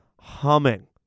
humming